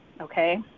okay